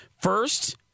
First